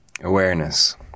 awareness